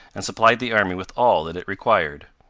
and supplied the army with all that it required.